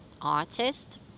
artist